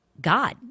God